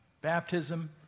baptism